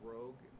Rogue